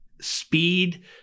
speed